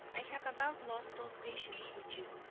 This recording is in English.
i have about lost all patience with you,